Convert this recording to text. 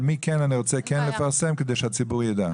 מי כן אני רוצה לפרסם כדי שהציבור יידע.